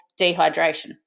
dehydration